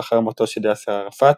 לאחר מותו של יאסר ערפאת,